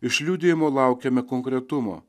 iš liudijimo laukiame konkretumo